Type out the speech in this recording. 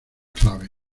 clave